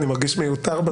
אני מרגיש מיותר בנושא.